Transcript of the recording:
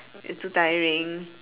it's so tiring